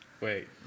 Wait